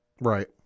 Right